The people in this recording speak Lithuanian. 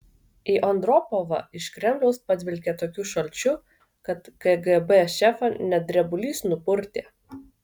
į andropovą iš kremliaus padvelkė tokiu šalčiu kad kgb šefą net drebulys nupurtė